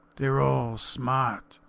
they're all smart,